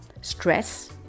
stress